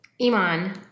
Iman